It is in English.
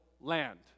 land